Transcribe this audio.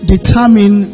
determine